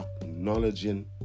acknowledging